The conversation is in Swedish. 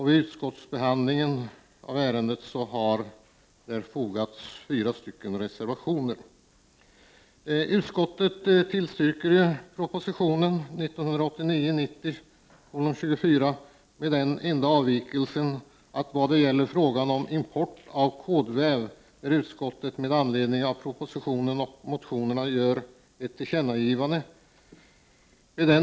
Vid utskottsbehandlingen av ärendet har fogats fyra reservationer till betänkandet. Utskottet tillstyrker propositionen 1989/90:24 med den enda avvikelsen att såvitt gäller frågan om import av kordväv gör utskottet med anledning av propositionen och motionerna ett tillkännagivande.